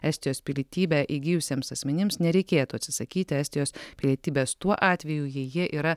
estijos pilietybę įgijusiems asmenims nereikėtų atsisakyti estijos pilietybės tuo atveju jei jie yra